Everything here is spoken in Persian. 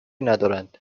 ندارند